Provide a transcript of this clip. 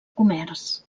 comerç